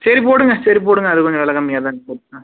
சரி போடுங்கள் சரி போடுங்கள் அது கொஞ்சம் வெலை கம்மியாக தானே இருக்குது